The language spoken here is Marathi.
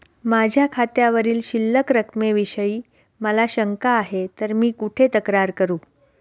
माझ्या खात्यावरील शिल्लक रकमेविषयी मला शंका आहे तर मी कुठे तक्रार करू?